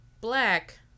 black